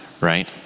right